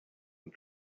and